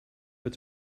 its